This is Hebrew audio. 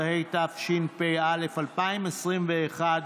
13), התשפ"א 2021,